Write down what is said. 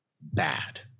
bad